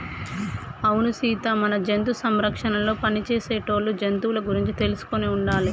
అవును సీత మన జంతు సంరక్షణలో పని చేసేటోళ్ళు జంతువుల గురించి తెలుసుకొని ఉండాలి